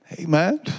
Amen